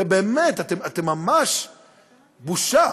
באמת, אתם ממש בושה.